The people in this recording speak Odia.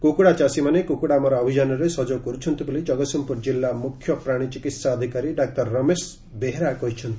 କୁକୁଡ଼ା ଚାଷୀମାନେ କୁକୁଡ଼ାମରା ଅଭିଯାନରେ ସହଯୋଗ କରୁଛନ୍ତି ବୋଲି ଜଗତ୍ସିଂହପୁର ଜିଲ୍ଲା ମୁଖ୍ୟ ପ୍ରାଶୀ ଚିକିହା ଅଧିକାରୀ ଡାକ୍ତର ରମେଶ ବେହେରା କହିଛନ୍ତି